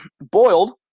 boiled